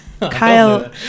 Kyle